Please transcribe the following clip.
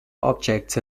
objects